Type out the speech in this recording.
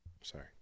Sorry